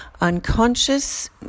unconscious